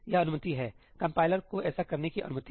यह अनुमति है कंपाइलर को ऐसा करने की अनुमति है